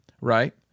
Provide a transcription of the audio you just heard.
right